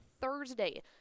Thursday